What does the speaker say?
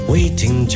Waiting